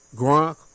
Gronk